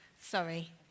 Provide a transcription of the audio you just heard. Sorry